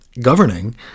governing